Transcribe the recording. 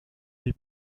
del